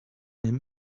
him